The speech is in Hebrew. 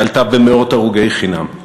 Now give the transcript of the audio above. ועלתה במאות הרוגי חינם.